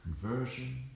conversion